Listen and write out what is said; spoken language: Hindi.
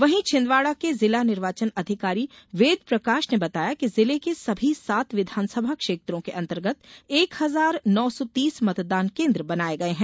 वहीं छिंदवाडा के जिला निर्वाचन अधिकारी वेदप्रकाश ने बताया कि जिले की सभी सात विधानसभा क्षेत्रों के अतर्गत एक हजार नौ सौ तीस मतदान केन्द्र बनाये गये है